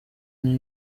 indyo